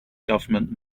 government